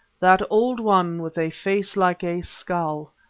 that old one with a face like a skull,